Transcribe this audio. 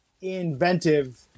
inventive